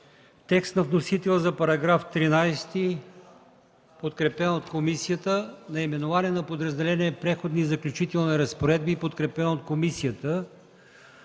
текста на вносителя за § 13, подкрепен от комисията, наименованието на подразделението „Преходни и заключителни разпоредби”, подкрепено от комисията,